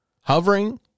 Hovering